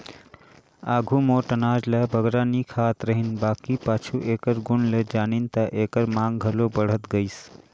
आघु मोट अनाज ल बगरा नी खात रहिन बकि पाछू एकर गुन ल जानिन ता एकर मांग घलो बढ़त गइस